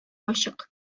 ачык